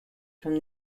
from